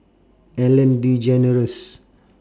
ellen degeneres